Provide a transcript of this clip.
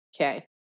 Okay